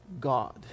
God